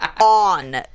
on